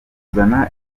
kuzana